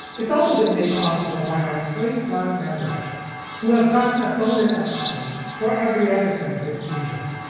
it's also been made possible by our slate plus members who have gotten a bonus episode for every episode this season.